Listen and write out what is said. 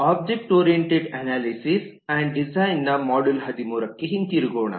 object oriented analysis and ಡಿಸೈನ್ನ module 13 ಗೆ ಹಿಂತಿರುಗೋಣ